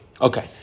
Okay